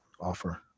offer